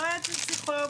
לא היה אצל פסיכולוג.